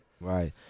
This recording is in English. right